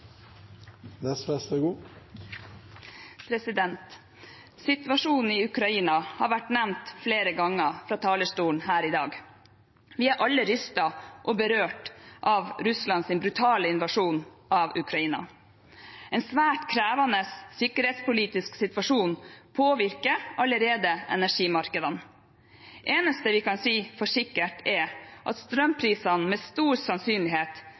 talerstolen her i dag. Vi er alle rystet og berørt av Russlands brutale invasjon av Ukraina. En svært krevende sikkerhetspolitisk situasjon påvirker allerede energimarkedene. Det eneste vi kan si med sikkerhet, er at strømprisene med stor sannsynlighet